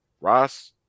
Ross